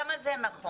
כמה זה נכון?